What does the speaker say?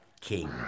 King